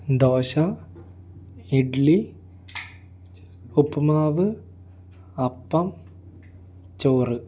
ദോശ ഇഡലി ഉപ്പുമാവ് അപ്പം ചോറ്